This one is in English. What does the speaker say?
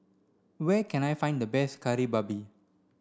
where can I find the best Kari Babi